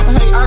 Hey